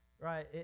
right